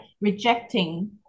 rejecting